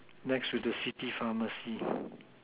next to the city pharmacy